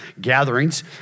gatherings